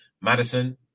Madison